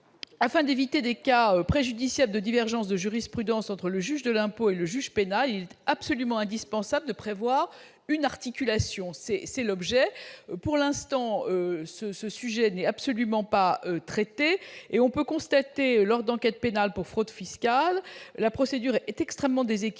afin d'éviter des cas préjudiciables de divergences de jurisprudence entre le juge de l'impôt et le juge pénal, il est absolument indispensable de prévoir une articulation. Pour l'instant, ce sujet n'est absolument pas traité. On peut constater, lors d'enquêtes pénales pour fraude fiscale, que la procédure est extrêmement déséquilibrée,